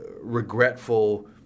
regretful